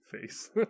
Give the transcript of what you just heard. face